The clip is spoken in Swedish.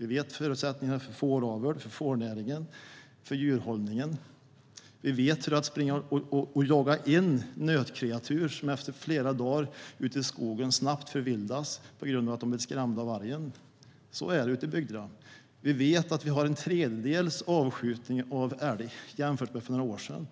Vi vet förutsättningarna för fåraveln och fårnäringen och för övrig djurhållning. Vi vet hur det är att springa och jaga ett nötkreatur som efter flera dagar ute i skogen snabbt förvildas på grund av att det skrämts av vargen. Så är det ute i bygderna. Vi vet att vi i stora delar av Värmland har en tredjedel så stor avskjutning av älg som för några år sedan.